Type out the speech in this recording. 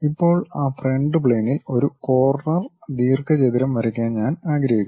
ഇപ്പോൾ ആ ഫ്രണ്ട് പ്ലെയിനിൽ ഒരു കോർണർ ദീർഘചതുരം വരയ്ക്കാൻ ഞാൻ ആഗ്രഹിക്കുന്നു